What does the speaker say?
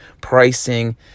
pricing